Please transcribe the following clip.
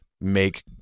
make